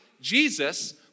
Jesus